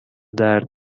درد